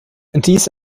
dies